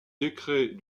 décret